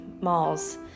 malls